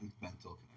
mental